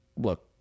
Look